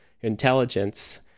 intelligence